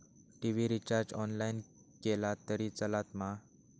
TV recharge online केला तरी चलात मा?